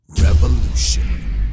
Revolution